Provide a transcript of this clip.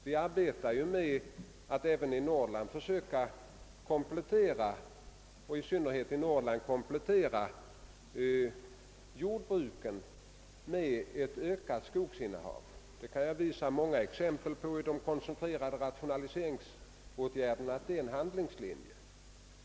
Vi arbetar ju för att även — och i synnerhet i Norrland — komplettera jordbruken med ökat skogsinnehav. Jag kan i de koncentrerade rationaliseringsåtgärderna visa många exempel på att detta är en handlingslinje.